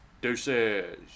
Deuces